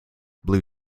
blue